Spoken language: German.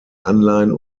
anleihen